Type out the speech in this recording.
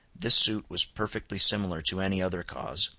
this suit was perfectly similar to any other cause,